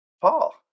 Paul